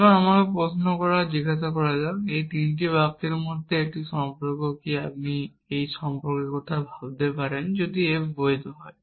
সুতরাং আমাকে প্রশ্ন জিজ্ঞাসা করা যাক এই তিনটি বাক্যের মধ্যে একটি সম্পর্ক কি আপনি যদি একটি সম্পর্কের কথা ভাবতে পারেন যদি f বৈধ হয়